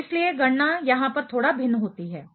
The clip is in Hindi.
तो इसलिए गणना यहाँ पर थोड़ा भिन्न होती है